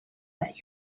that